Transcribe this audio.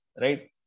right